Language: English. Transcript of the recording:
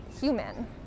human